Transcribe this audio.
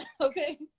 okay